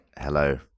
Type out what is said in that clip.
Hello